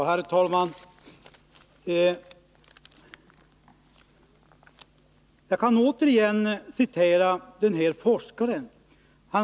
Herr talman! Jag kan återigen hänvisa till den forskare jag tidigare citerade.